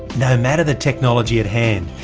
no matter the technology at hand,